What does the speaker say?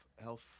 health